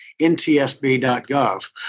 ntsb.gov